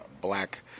black